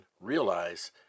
realize